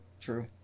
True